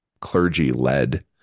clergy-led